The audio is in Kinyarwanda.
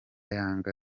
yanga